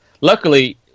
Luckily